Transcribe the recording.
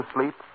Sleep